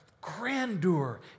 grandeur